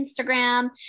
Instagram